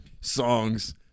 songs